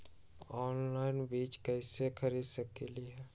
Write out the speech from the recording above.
Online बीज कईसे खरीद सकली ह?